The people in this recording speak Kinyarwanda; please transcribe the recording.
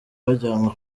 bajyanwa